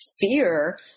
fear